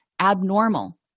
abnormal